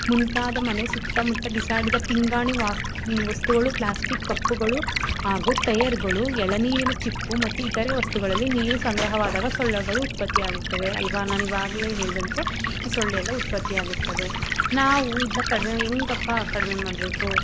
ಮುಂತಾದ ಮನೆ ಸುತ್ತಮುತ್ತ ಬಿಸಾಡಿದ ಪಿಂಗಾಣಿ ವಸ್ತುಗಳು ಪ್ಲ್ಯಾಸ್ಟಿಕ್ ಕಪ್ಪುಗಳು ಹಾಗು ಟೈಯರ್ಗಳು ಎಳನೀರಿನ ಚಿಪ್ಪು ಮತ್ತು ಇತರೆ ವಸ್ತುಗಳಲ್ಲಿ ನೀರು ಸಂಗ್ರಹವಾದಾಗ ಸೊಳ್ಳೆಗಳು ಉತ್ಪತ್ತಿ ಆಗುತ್ತವೆ ಅಲ್ಲವಾ ನಾನು ಇವಾಗಲೆ ಹೇಳಿದಂತೆ ಈ ಸೊಳ್ಳೆ ಎಲ್ಲ ಉತ್ಪತ್ತಿ ಆಗುತ್ತದೆ ನಾವು ಇದನ್ನ ಕಡಿಮೆ ಹೆಂಗಪ್ಪ ಕಡಿಮೆ ಮಾಡಬೇಕು